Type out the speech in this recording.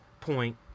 point